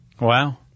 Wow